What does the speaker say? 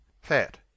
FAT